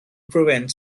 prevent